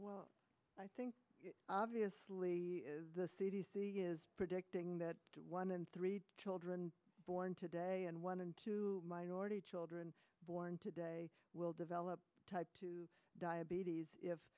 well i think obviously the c d c is predicting that one in three children born today and one in two minority children born today will develop type two diabetes